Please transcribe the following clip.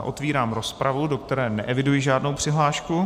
Otevírám rozpravu, do které neeviduji žádnou přihlášku.